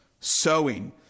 sowing